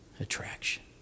attraction